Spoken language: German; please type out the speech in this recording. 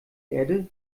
erde